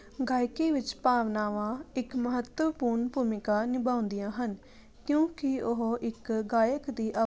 ਗਾਇਕੀ ਵਿੱਚ ਭਾਵਨਾਵਾਂ ਇੱਕ ਮਹੱਤਵਪੂਰਨ ਭੂਮਿਕਾ ਨਿਭਾਉਂਦੀਆਂ ਹਨ ਕਿਉਂਕਿ ਉਹ ਇੱਕ ਗਾਇਕ ਦੀ